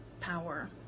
power